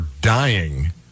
dying